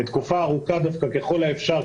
לתקופה ארוכה ככל האפשר.